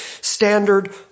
standard